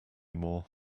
more